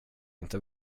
inte